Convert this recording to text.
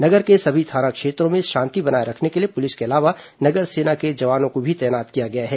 नगर के सभी थाना क्षेत्रों में शांति बनाए रखने के लिए पुलिस के अलावा नगर सेना के जवानों को भी तैनात किया गया है